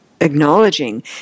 acknowledging